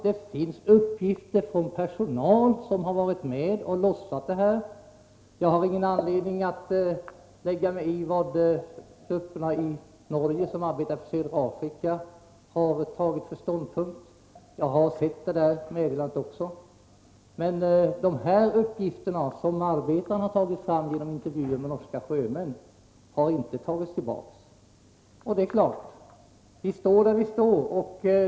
Det finns uppgifter om det från personal som har varit med och lossat olja. Jag har ingen anledning att lägga mig i vad grupperna i Norge som arbetar för södra Afrika har intagit för ståndpunkt. Också jag har sett deras meddelande, men de uppgifter som Arbetaren har fått fram genom intervjuer med norska sjömän har inte tagits tillbaka. Vi står där vi står.